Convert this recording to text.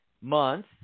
month